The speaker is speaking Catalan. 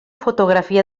fotografia